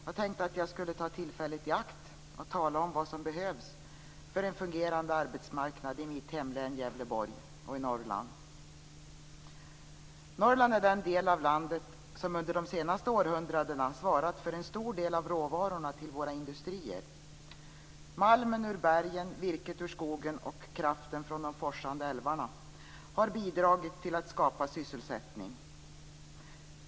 Jag tänkte ta tillfället i akt och tala om vad som behövs för en fungerande arbetsmarknad i mitt hemlän Gävleborg och i Norrland. Norrland är den del av landet som under de senaste århundradena svarat för en stor del av råvarorna till våra industrier. Malmen ur bergen, virket ur skogen och kraften från de forsande älvarna har bidragit till att skapa sysselsättning.